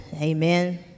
amen